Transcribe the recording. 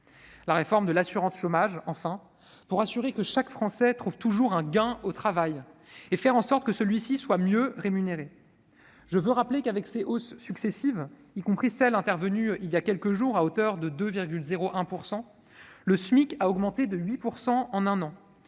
la réforme de l'assurance chômage vise à assurer que chaque Français trouve toujours un gain au travail et à faire en sorte que celui-ci soit mieux rémunéré. Je rappelle qu'avec ses hausses successives, y compris celle qui est intervenue voilà quelques jours à hauteur de 2,01 %, le SMIC a augmenté de 8 % sur un an.